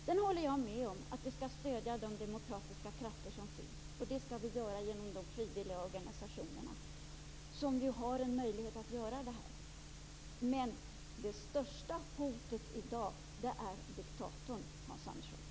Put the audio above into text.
Jag håller med om att vi skall stödja de demokratiska krafter som finns. Det skall vi göra genom de frivilliga organisationerna som ju har en möjlighet att göra detta. Men det största hotet i dag är diktatorn,